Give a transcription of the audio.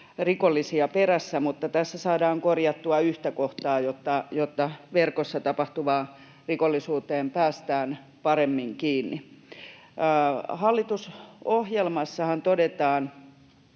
rikollisia perässä. Mutta tässä saadaan korjattua yhtä kohtaa, jotta verkossa tapahtuvaan rikollisuuteen päästään paremmin kiinni. Hallitusohjelmassahan todetaan